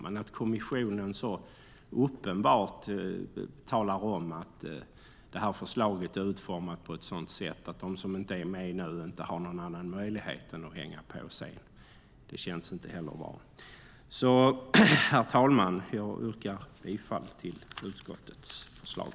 Men när kommissionen så uppenbart talar om att det här förslaget är utformat på ett sådant sätt att de som inte är med nu inte har någon annan möjlighet än att hänga på sedan känns inte heller bra. Herr talman! Jag yrkar bifall till utskottets förslag.